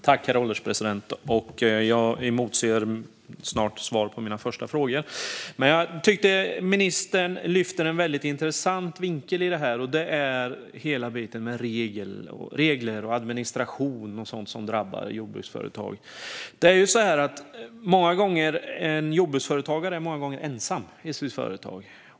Herr ålderspresident! Jag emotser snart svar på mina första frågor. Jag tycker att ministern lyfter en väldigt intressant vinkel, och det är hela biten med regler och administration som drabbar jordbruksföretag. En jordbruksföretagare är många gånger ensam i sitt företag.